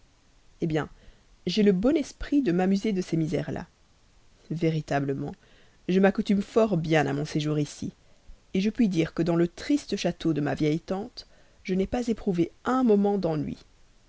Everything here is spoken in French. hé bien j'ai le bon esprit de m'amuser de ces misères là véritablement je m'accoutume fort bien à mon séjour ici je puis dire que dans le triste château de ma vieille tante je n'ai pas éprouvé un moment d'ennui